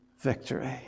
victory